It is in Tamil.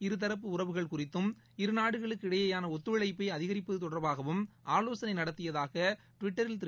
இருதரப்பு உறவுகள் குறித்தும் இருநாடுகளுக்கு இடையேயான ஒத்துழைப்பை அதிகரிப்பது தொடர்பாகவும் ஆலோசனை நடத்தியதாக ட்விட்டரில் திரு